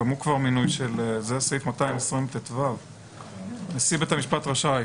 גם הוא כבר מינוי של הנשיא זה סעיף 220טו. נשיא בית המשפט רשאי.